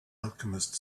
alchemist